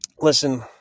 listen